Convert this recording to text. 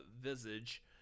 visage